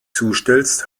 zustellst